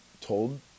told